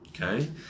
okay